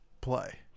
play